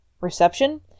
reception